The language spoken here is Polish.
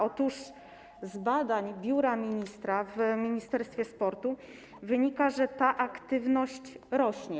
Otóż z badań biura ministra w Ministerstwie Sportu wynika, że ta aktywność rośnie.